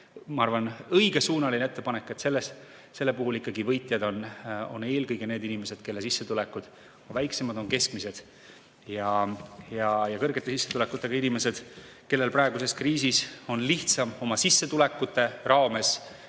ma arvan, õigesuunaline ettepanek: selle puhul on võitjad eelkõige need inimesed, kelle sissetulekud on väiksemad, on keskmised. Ja kõrgete sissetulekutega inimestel, kellel praeguses kriisis on lihtsam oma sissetulekute piires